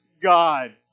God